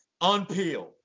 unpeeled